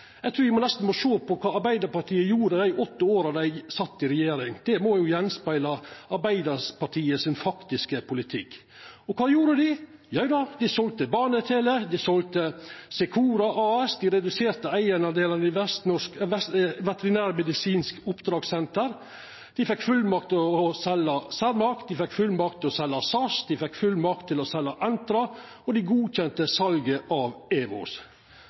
Eg trur nesten me må sjå på kva Arbeidarpartiet gjorde i dei åtte åra dei sat i regjering. Det må jo spegla Arbeidarpartiet sin faktiske politikk. Kva gjorde dei? Jo, dei selde Bane Tele og Secora AS, dei reduserte eigardelen i Veterinærmedisinsk Oppdragssenter, dei fekk fullmakt til å selja Cermaq, SAS og Entra, og dei godkjende salet av EWOS. Arbeidarpartiet driv med rein tåkelegging av kva dei gjorde då dei